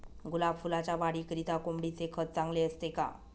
गुलाब फुलाच्या वाढीकरिता कोंबडीचे खत चांगले असते का?